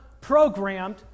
programmed